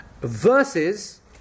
Versus